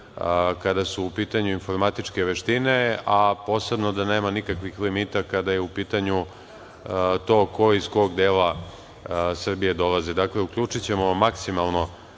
kada su u pitanju informatičke veštine, a posebno da nema nikakvih limita kada je u pitanju to ko iz kog dela Srbije dolazi. Dakle, uključićemo maksimalno